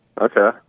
Okay